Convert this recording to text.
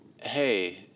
Hey